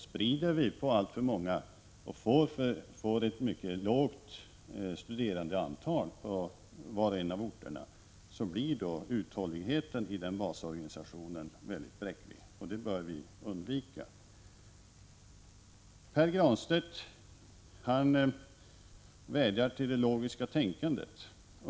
Sprider vi ut den på alltför många orter och får ett mycket lågt studerandeantal på varje ort blir uthålligheten i basorganisationen mycket bräcklig, vilket vi bör undvika. Pär Granstedt vädjar till det logiska tänkandet.